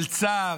של צער,